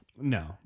no